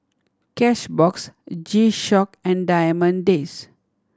Cashbox G Shock and Diamond Days